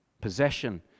Possession